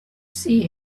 see